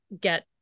get